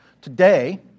Today